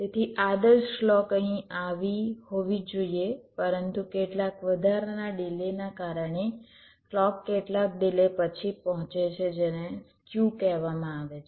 તેથી આદર્શ ક્લૉક અહીં આવી હોવી જોઈએ પરંતુ કેટલાક વધારાના ડિલેને કારણે ક્લૉક કેટલાક ડિલે પછી પહોંચે છે તેને સ્ક્યુ કહેવામાં આવે છે